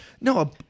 No